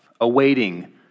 awaiting